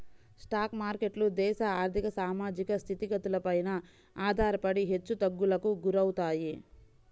stock మార్కెట్లు దేశ ఆర్ధిక, సామాజిక స్థితిగతులపైన ఆధారపడి హెచ్చుతగ్గులకు గురవుతాయి